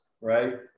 right